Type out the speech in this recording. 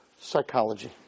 psychology